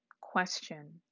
question